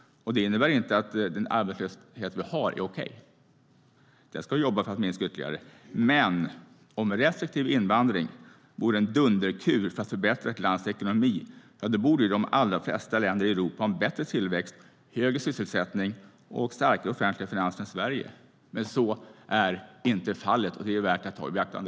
Det innebär inte att den arbetslöshet vi har är okej. Den ska vi jobba på att minska ytterligare. Men om en restriktiv invandring vore en dunderkur för att förbättra ett lands ekonomi borde de allra flesta länder i Europa ha bättre tillväxt, högre sysselsättning och starkare offentliga finanser än Sverige. Men så är inte fallet, och det är värt att ta i beaktande.